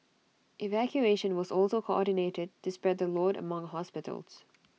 evacuation was also coordinated to spread the load among hospitals